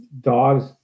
dogs